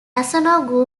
asano